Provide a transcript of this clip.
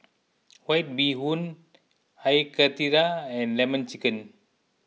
White Bee Hoon Air Karthira and Lemon Chicken